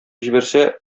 җибәрсә